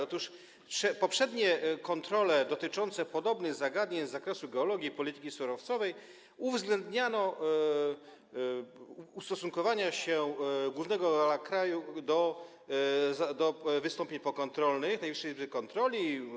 Otóż poprzednie kontrole dotyczące podobnych zagadnień z zakresu geologii i polityki surowcowej uwzględniały ustosunkowanie się głównego geologa kraju do wystąpień pokontrolnych Najwyższej Izby Kontroli.